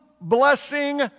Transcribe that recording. blessing